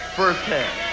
firsthand